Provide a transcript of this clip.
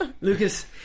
Lucas